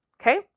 Okay